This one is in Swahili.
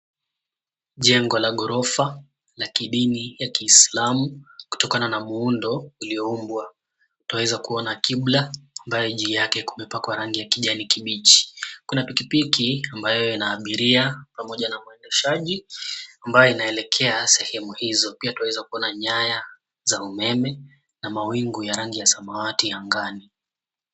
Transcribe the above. Jengo la ghorofa la kidini ya kiislamu kutokana na muundo ulioumbwa. Tutaweza kuona kibla ambayo juu yake kumepakwa rangi ya kijani kibichi. Kuna pikipiki ambayo ina abiria pamoja na mwendeshaji ambayo inaelekea sehemu hizo. Pia tunaweza kuona nyaya za umeme na mawingu ya rangi ya samawati angani.